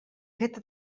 feta